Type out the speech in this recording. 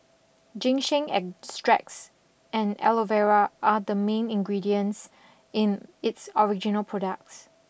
Ginseng extracts and Aloe Vera are the main ingredients in its original products